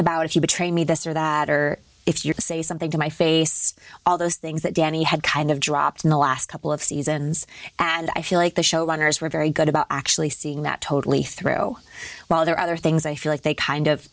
about if you betray me this or that or if you're to say something to my face all those things that danny had kind of dropped in the last couple of seasons and i feel like the show runners were very good about actually seeing that totally throw while there are other things i feel like they kind of